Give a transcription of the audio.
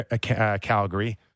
Calgary